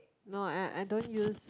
no I I don't use